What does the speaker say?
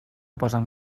posen